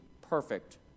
perfect